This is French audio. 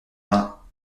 vingts